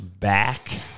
back